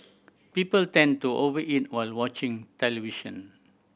people tend to over eat while watching television